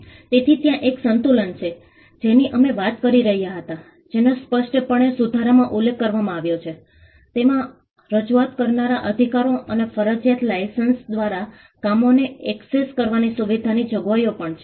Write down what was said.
તેથી ત્યાં એક સંતુલન છે જેની અમે વાત કરી રહ્યા હતા જેનો સ્પષ્ટપણે સુધારામાં ઉલ્લેખ કરવામાં આવ્યો છે તેમાં રજૂઆત કરનારા અધિકારો અને ફરજિયાત લાઇસન્સ દ્વારા કામોને એક્સેસ કરવાની સુવિધાની જોગવાઈઓ પણ છે